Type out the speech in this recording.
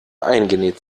eingenäht